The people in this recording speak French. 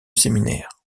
séminaire